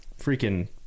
freaking